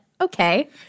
okay